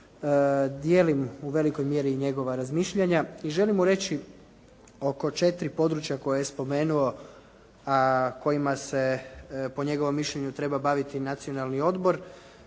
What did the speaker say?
dijelim u velikoj mjeri i njegova razmišljanja i želim mu reći oko četiri područja koja je spomenuo kojima se po njegovom mišljenju treba baviti Nacionali odbor.